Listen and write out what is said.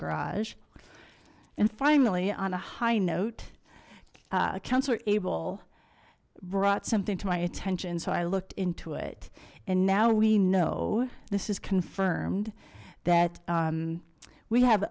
garage and finally on a high note a counselor able brought something to my attention so i looked into it and now we know this is confirmed that we have